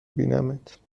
بینمت